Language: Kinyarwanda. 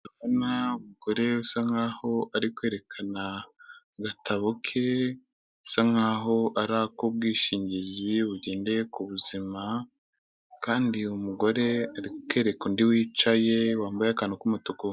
Ndabona umugore usa nkaho arikwerekana agatabo ke gasa nkaho ari akubwishingizi bugendeye kubuzima, kandi uwo mugore ari kukereka undi wicaye wambaye akanu ku umutuku.